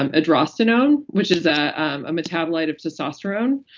um androsterone, which is a um metabolite of testosterone.